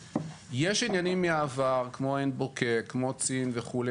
עניינים מהעבר כמו עין בוקק, כמו צין וכו'.